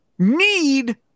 need